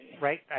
right